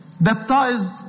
baptized